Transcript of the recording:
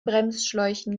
bremsschläuchen